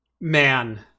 man